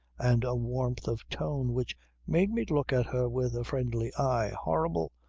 and a warmth of tone which made me look at her with a friendly eye. horrible!